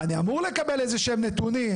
אני אמור לקבל איזה שהם נתונים.